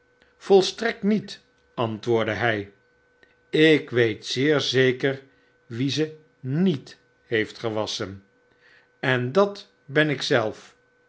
zeiik volstrektniet antwoordde hy ik weet zeer zeker wie ze niet heeftf gewasschen en dat ben ik zelf